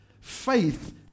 faith